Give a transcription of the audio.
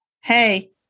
hey